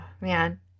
man